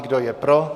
Kdo je pro?